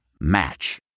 Match